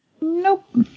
Nope